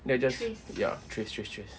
then I just ya trace trace trace